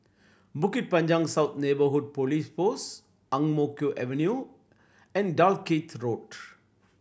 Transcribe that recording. Bukit Panjang South Neighbourhood Police Post Ang Mo Kio Avenue and Dalkeith Road